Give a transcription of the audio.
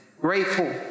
Grateful